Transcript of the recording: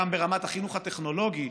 גם ברמת, החינוך הטכנולוגי,